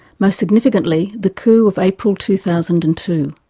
most significantly, the coup of april two thousand and two.